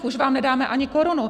Už vám nedáme ani korunu!